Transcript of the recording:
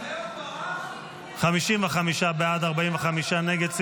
55 בעד, 45 נגד.